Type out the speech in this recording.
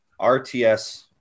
RTS